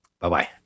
Bye-bye